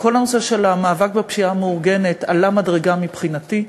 כל הנושא של המאבק בפשיעה המאורגנת עלה מדרגה מבחינתי.